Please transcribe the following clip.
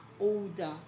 older